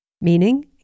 meaning